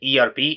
ERP